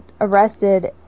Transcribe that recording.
arrested